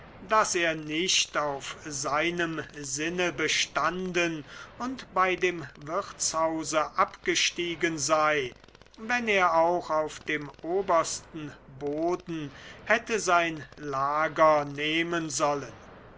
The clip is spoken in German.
daß er nicht auf seinem sinne bestanden und bei dem wirtshause abgestiegen sei wenn er auch auf dem obersten boden hätte sein lager nehmen sollen